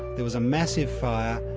there was a massive fire,